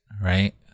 Right